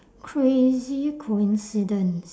crazy coincidence